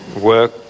work